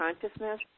consciousness